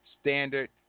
Standard